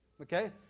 Okay